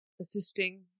assisting